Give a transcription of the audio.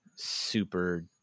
super